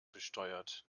besteuert